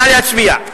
נא להצביע.